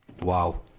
Wow